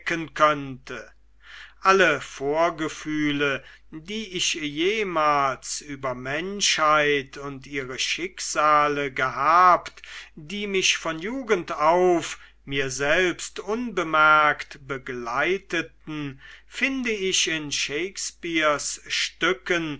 alle vorgefühle die ich jemals über menschheit und ihre schicksale gehabt die mich von jugend auf mir selbst unbemerkt begleiteten finde ich in shakespeares stücken